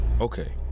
Okay